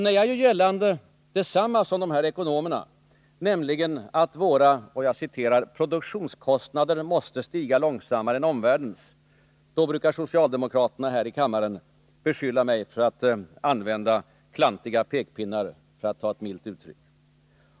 När jag gör gällande detsamma som de här ekonomerna, nämligen att våra ”produktionskostnader måste stiga långsammare än omvärldens”, då brukar socialdemokraterna här i kammaren beskylla mig för att använda klantiga pekpinnar, för att uttrycka sig milt.